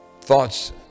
thoughts